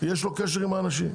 יש לו קשר עם האנשים,